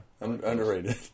Underrated